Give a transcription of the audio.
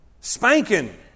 spanking